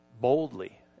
boldly